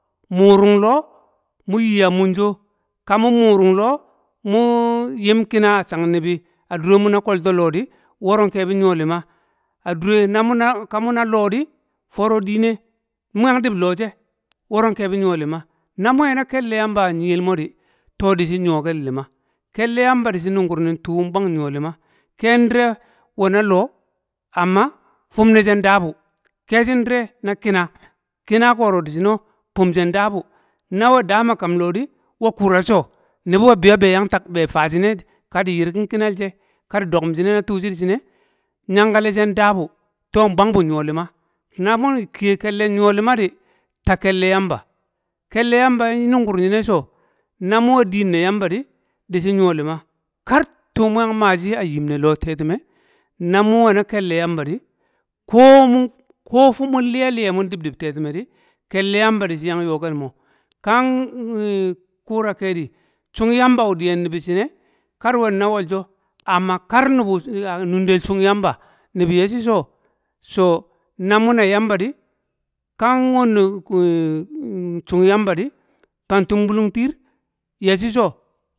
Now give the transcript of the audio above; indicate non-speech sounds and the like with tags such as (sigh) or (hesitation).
Munung loo mu yi a a mun sho, ka mu muurung loo mu yim kin, a chang nibi a dure mu na kolto loo di woro nkebi nyo lima, a dure na muna ka muna loo di foro dine mu yang dil loo she, woro nkebi nyo lima. Na mun we na kelle Yamba a nyiya mo di, to, dishi nyo kel lima. kelle Yamba di shi nungun nin tuu nbwang nye lima. Ken dire nwe ne loo amma fim ne she nda bu, keshin dire na kina, kina kon dishi no, fin she ndabu, na we dam a kam loo di, we kura shi she, nibi we biyo be yang tou- be fa shine ka di yirging kinal she ka di dokum shine na tu shi di shine. Nyan galeshi ndabu to nbwang bu nyo lima. Na mun kiye kelle nyo limo di, ta kelle Yamba, kelle yaa ba anungur nyine so, na wine diin na Yamba di, dishi nyo lima. Kar tu mu yang maa shi a yim ne loo tetime, na mun nwe na kello Yamba di ko mun- ko (hesitation) mun liye liye mun dib- dib tetime di, kelle Yamba di shi yang ya kel mo kan (hesitation) kura kedi, shung Yamba diyen mii di shin e, ka duwe di na wol so amma kar nibu an nun- del chung Yamba, nibi ye shi so- so namu no Yamba di, ka wanne (hesitation) chung Yamba di, fang tumbulung tir yeshi so na min